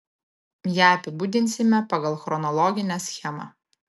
ją apibūdinsime pagal chronologinę schemą